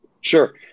Sure